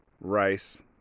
rice